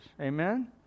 Amen